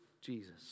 Jesus